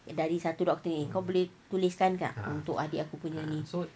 dari satu doctor ni kau boleh tuliskan tak untuk adik aku punya ni